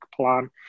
plan